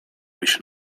wyjść